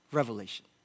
revelation